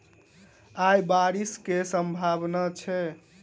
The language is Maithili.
आय बारिश केँ सम्भावना छै?